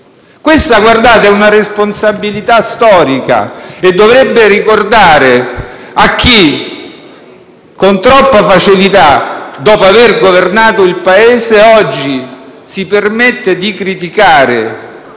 tutto questo? È una responsabilità storica e dovrebbe ricordarsene chi oggi con troppa facilità, dopo aver governato il Paese, si permette di criticare